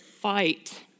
fight